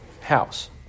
house